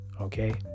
Okay